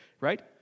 right